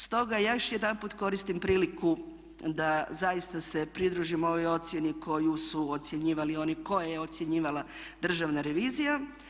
Stoga ja još jedanput koristim priliku da zaista se pridružim ovoj ocjeni koju su ocjenjivali oni koje je ocjenjivala državna revizija.